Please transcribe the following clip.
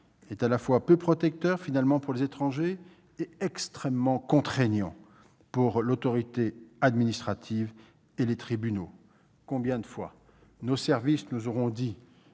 à la fois peu protecteur pour les étrangers et trop contraignant pour l'autorité administrative et les tribunaux. Combien de fois nos services nous ont-ils